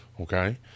Okay